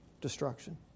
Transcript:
destruction